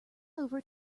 over